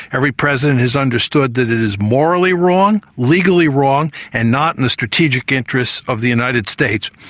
every president has understood that it is morally wrong, legally wrong, and not in the strategic interests of the united states.